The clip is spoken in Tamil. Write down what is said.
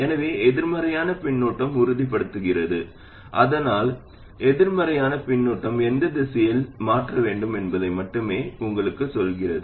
எனவே எதிர்மறையான பின்னூட்டம் உறுதிப்படுத்துகிறது ஆனால் எதிர்மறையான பின்னூட்டம் எந்த திசையில் விஷயங்களை மாற்ற வேண்டும் என்பதை மட்டுமே உங்களுக்குச் சொல்கிறது